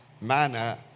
manner